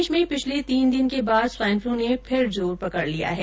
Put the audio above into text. प्रदेश में पिछले तीन दिन के बाद स्वाइन फ्लू ने फिर जोर पकड लिया हैं